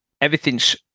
everything's